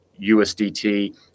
USDT